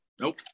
nope